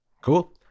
Cool